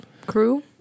Crew